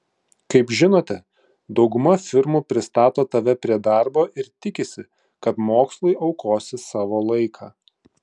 kaip žinote dauguma firmų pristato tave prie darbo ir tikisi kad mokslui aukosi savo laiką